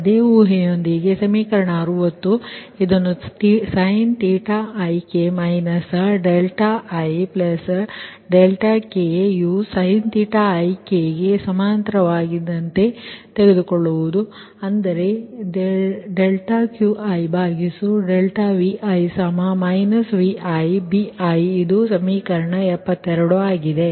ಅದೇ ಊಹೆಯೊಂದಿಗೆ ಸಮೀಕರಣ 60 ನಾವು ಇದನ್ನು sin⁡θik ik ≈sin⁡ ನಂತೆ ತೆಗೆದುಕೊಳ್ಳುತ್ತೇವೆ ಅಂದರೆ ∂Qi∂Vi |Vi|Bii ಇದು ಸಮೀಕರಣ 72 ಆಗಿದೆ